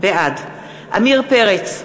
בעד עמיר פרץ,